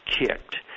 kicked